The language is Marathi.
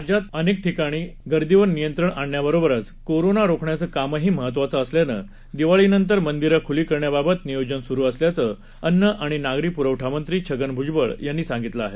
राज्यात अनेक ठिकाणी गर्दीवर नियंत्रण आणण्याबरोबरच कोरोना रोखण्याचं कामही महत्त्वाचं असल्यानं दिवाळीनंतर मंदिरं खूली करण्याबाबत नियोजन सुरू असल्याचं अन्न आणि नागरी पुरवठामंत्री छगन भूजबळ यांनी सांगितलं आहे